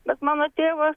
bet mano tėvas